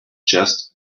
just